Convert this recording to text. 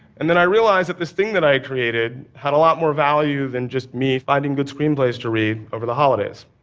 and then i realized that this thing that i had created had a lot more value than just me finding good screenplays to read over the holidays.